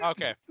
Okay